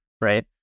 Right